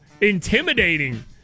intimidating